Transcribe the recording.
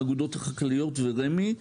האגודות החקלאיות ורמ"י.